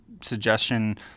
suggestion